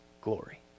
glory